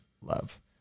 love